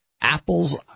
Apple's